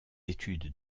études